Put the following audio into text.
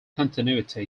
continuity